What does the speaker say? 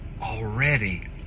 already